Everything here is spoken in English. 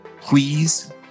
please